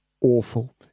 awful